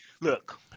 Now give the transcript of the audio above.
Look